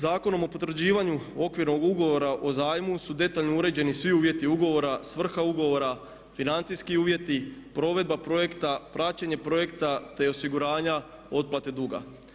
Zakonom o potvrđivanju Okvirnog ugovora o zajmu su detaljno uređeni svi uvjeti ugovora, svrha ugovora, financijski uvjeti, provedba projekta, praćenje projekta, te osiguranja otplate duga.